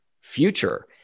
future